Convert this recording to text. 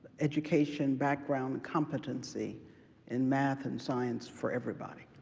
education background and competency in math and science for everybody.